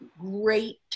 great